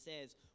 says